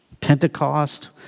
Pentecost